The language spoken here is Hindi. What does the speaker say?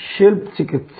शल्य चिकित्सा